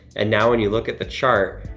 and now when you look at the chart,